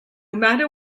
matter